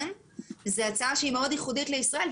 זו הצעה שהיא ייחודית מאוד לישראל,